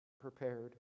prepared